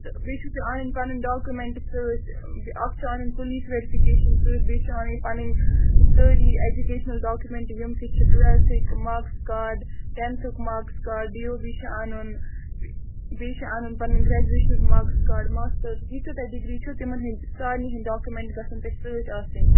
تہٕ بیٚیہِ چھُو تۄہہِ اَنٕنۍ پَنٕنۍ ڈاکیٛوٗمیٚنٹ سۭتۍ اَکھ چھِ اَنٕنۍ پولیٖس ویرِفِکیشَن سۭتۍ بیٚیہِ چھِ اَنٕنۍ پَنٕنۍ سٲری ایٚجوکیشنَل ڈاکیٛوٗمیٚنٛٹ یِم تہِ چھِ ٹُویٚلتھٕکۍ مارکٕس کارڈ ٹیٚنتھُک marks card D O B چھِ اَنُن بیٚیہِ چھُ اَنُن پَنٕنۍ گرٛیجویشنُک مارکٕس کارڈ ماسٹرٕز یہِ تہِ تۄہہِ ڈِگری چھو تِمَن ہنٛدۍ سارنٕے ہنٛدۍ ڈاکیٛوٗمیٚنٛٹ گژھن تۄہہِ سۭتۍ آسٕنۍ